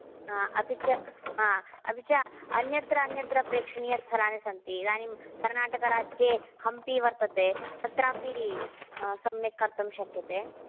हा अपि च हा अपि च अन्यत्र अन्यत्र प्रेक्षणीयस्थलानि सन्ति इदानिं कर्नाटकराज्ये हम्पी वर्त्तते तत्रापि सम्यक् कर्तुं शक्यते